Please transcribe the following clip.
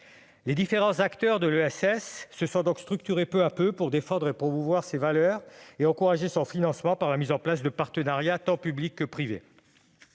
Les différents acteurs de l'ESS se sont donc structurés peu à peu pour défendre et promouvoir ses valeurs et encourager son financement par la mise en place de partenariats, tant publics que privés.